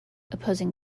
opposing